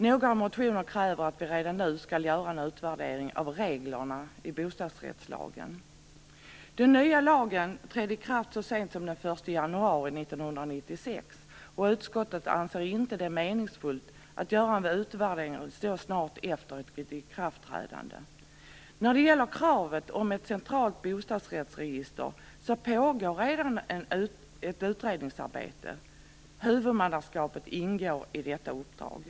Några motioner kräver att vi redan nu skall göra en utvärdering av reglerna i bostadsrättslagen. Den nya lagen trädde i kraft så sent som den 1 januari 1996, och utskottet anser inte att det är meningsfullt att göra en utvärdering så snart efter ett ikraftträdande. När det gäller kravet på ett centralt bostadsrättsregister pågår redan ett utredningsarbete. Frågan om huvudmannaskapet ingår i detta uppdrag.